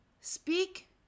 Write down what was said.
speak